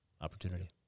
opportunity